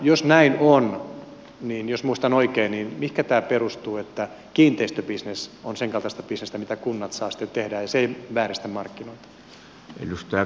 jos näin on jos muistan oikein niin mihinkä perustuu että kiinteistöbisnes on senkaltaista bisnestä mitä kunnat saavat tehdä ja se ei vääristä markkinoita